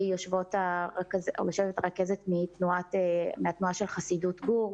אצלנו יושבת רכזת מתנועה של חסידות גור,